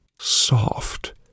soft